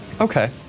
Okay